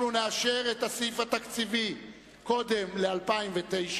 אנחנו נאשר את הסעיף התקציבי קודם ל-2009